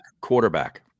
quarterback